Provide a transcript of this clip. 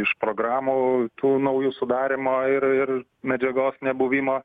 iš programų tų naujų sudarymo ir ir medžiagos nebuvimo